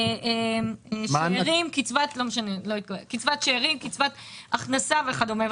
קצבת שאירים , קצבת הכנסה וכדומה.